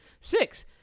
Six